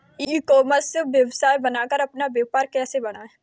ई commerce website बनाकर अपना व्यापार कैसे बढ़ाएँ?